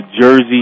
Jersey